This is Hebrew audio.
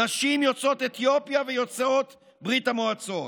נשים יוצאות אתיופיה ויוצאות ברית המועצות.